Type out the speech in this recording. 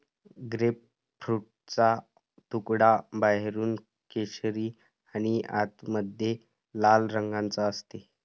ग्रेपफ्रूटचा तुकडा बाहेरून केशरी आणि आतमध्ये लाल रंगाचा असते